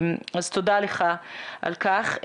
תודה על כך.